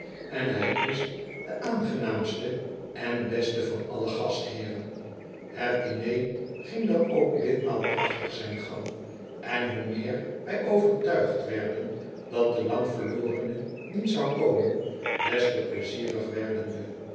en ihj is de aangenaamste en beste van alle gastheeren het diner ging dan ook ditmaal prachtig zijn gang en hoe meer wij overtuigd werden dat de langverlorene niet zou komen des te pleizieriger werden we